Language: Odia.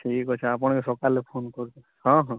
ଠିକ୍ ଅଛି ଆପଣ ଏ ସକାଲେ ଫୋନ୍ କରିବେ ହଁ ହଁ